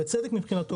בצדק מבחינתו,